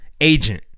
agent